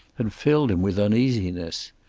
had filled him with uneasiness.